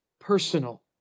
personal